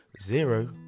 zero